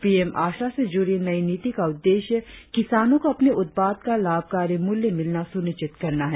PM आशा से जुड़ी नई नीति का उद्देश्य किसानों को अपने उत्पाद का लाभकारी मूल्य मिलना सुनिश्चित करना है